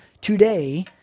today